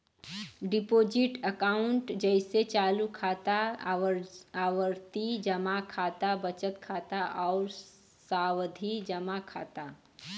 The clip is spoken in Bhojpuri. डिपोजिट अकांउट जइसे चालू खाता, आवर्ती जमा खाता, बचत खाता आउर सावधि जमा खाता